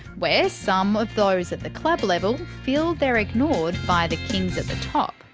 where some of those at the club level feel they're ignored by the kings at the top.